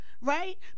right